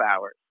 hours